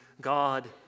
God